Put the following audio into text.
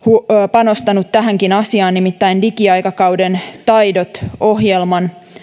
panostanut tähänkin asiaan nimittäin digiaikakauden taidot ohjelman